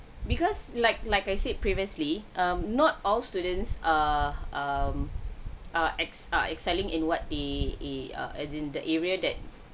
because like like I said previously um not all students err um err ex~ are excelling in what they they as in the area that